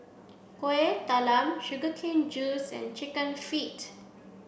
Kueh Talam sugar cane juice and chicken feet